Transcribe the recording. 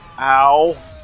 Ow